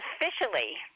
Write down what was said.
officially